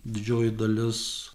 didžioji dalis